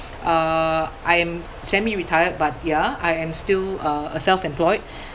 uh I'm semi-retired but ya I am still uh a self-employed